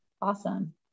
awesome